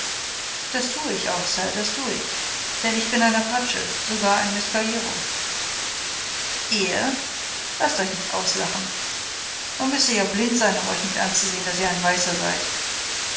das tue ich auch sir das tue ich denn ich bin ein apache sogar ein mescalero ihr laßt euch nicht auslachen man müßte ja blind sein um euch nicht anzusehen daß ihr ein weißer seid